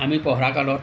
আমি পঢ়া কালত